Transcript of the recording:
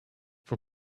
for